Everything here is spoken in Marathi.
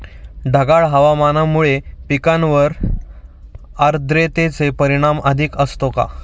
ढगाळ हवामानामुळे पिकांवर आर्द्रतेचे परिणाम अधिक असतो का?